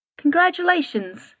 congratulations